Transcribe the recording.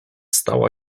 stała